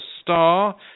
star